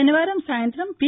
శనివారం సాయంత్రం పి